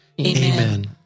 Amen